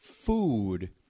food